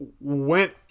went